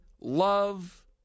Love